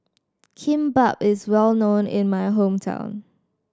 kimbap is well known in my hometown